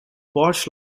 porch